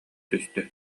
түстэ